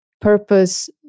purpose